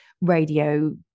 radio